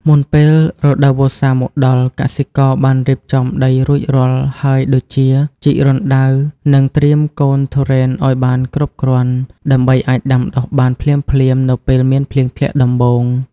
មុនពេលរដូវវស្សាមកដល់ កសិករបានរៀបចំដីរួចរាល់ហើយដូចជា ជីករណ្តៅ និងត្រៀមកូនទុរេនឱ្យបានគ្រប់គ្រាន់ ដើម្បីអាចដាំដុះបានភ្លាមៗនៅពេលមានភ្លៀងធ្លាក់ដំបូង។